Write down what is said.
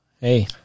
Hey